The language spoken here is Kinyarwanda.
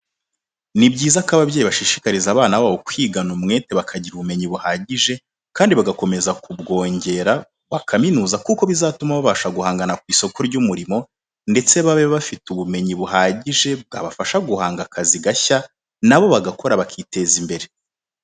Ni byiza ko ababyeyi bashishikariza abana babo kwigana umwete bakagira ubumenyi buhagije, kandi bagakomeza kubwongera bakaminuza kuko bizatuma babasha guhangana ku isoko ry'umurimo ndetse babe bafite ubumenyi buhagije bwabashasha guhanga akazi gashya na bo bagakora bakiteza imbere